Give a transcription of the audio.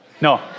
No